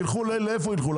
יילכו, לאיפה יילכו?